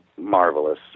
marvelous